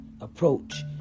approach